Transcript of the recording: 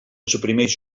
suprimeix